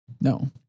No